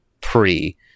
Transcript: pre